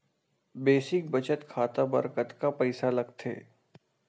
Basic बचत खाता बर कतका पईसा लगथे?